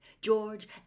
George